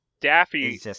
Daffy